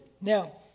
Now